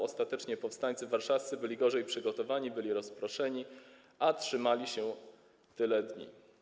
Ostatecznie powstańcy warszawscy byli gorzej przygotowani, byli rozproszeni, a trzymali się tyle dni.